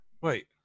Wait